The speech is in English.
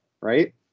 right